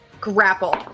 grapple